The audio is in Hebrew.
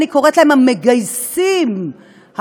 אני קוראת להם המגייסים החדשים,